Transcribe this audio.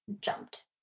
jumped